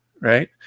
right